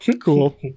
Cool